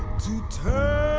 to turn